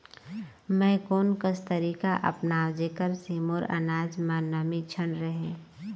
मैं कोन कस तरीका अपनाओं जेकर से मोर अनाज म नमी झन रहे?